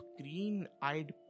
green-eyed